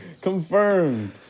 Confirmed